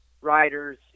riders